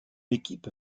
équipe